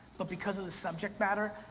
but because of the subject matter,